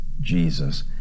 Jesus